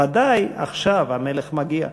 ודאי עכשיו המלך מגיע.